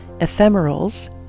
ephemerals